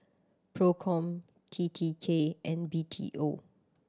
Procom T T K and B T O